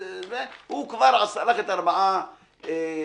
הוא כבר עשה לך את ארבעת הקושיות.